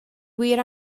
wir